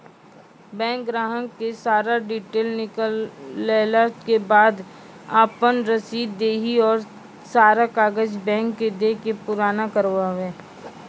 Bank ग्राहक के सारा डीटेल निकालैला के बाद आपन रसीद देहि और सारा कागज बैंक के दे के पुराना करावे?